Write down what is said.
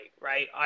right